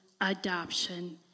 adoption